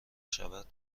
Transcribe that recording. شود